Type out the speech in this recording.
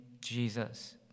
Jesus